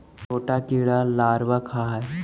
छोटा कीड़ा लारवा खाऽ हइ